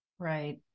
Right